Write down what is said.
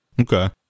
Okay